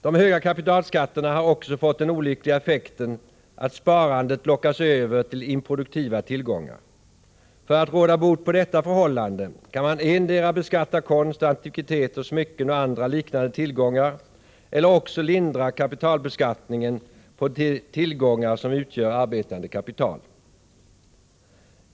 De höga kapitalskatterna har också fått den olyckliga effekten att sparandet lockas över till improduktiva tillgångar. För att råda bot på detta förhållande kan man endera beskatta konst, antikviteter, smycken och andra liknande tillgångar eller också lindra kapitalbeskattningen på de tillgångar som utgör arbetande kapital.